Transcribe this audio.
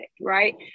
right